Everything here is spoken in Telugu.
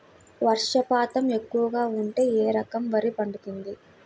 వర్షపాతం ఎక్కువగా ఉంటే ఏ రకం వరి పండుతుంది?